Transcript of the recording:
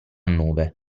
nove